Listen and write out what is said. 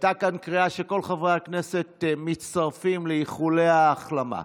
הייתה כאן קריאה שכל חברי הכנסת מצטרפים לאיחולי ההחלמה.